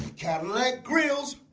cadillac grills